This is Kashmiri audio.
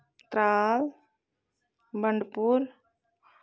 ترٛال بَنڈپوٗر